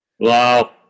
Wow